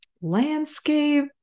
landscape